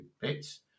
bits